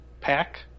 pack